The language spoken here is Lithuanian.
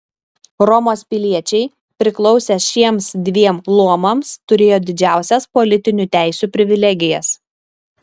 romos piliečiai priklausę šiems dviem luomams turėjo didžiausias politiniu teisių privilegijas